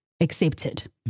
accepted